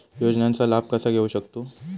योजनांचा लाभ कसा घेऊ शकतू?